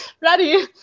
ready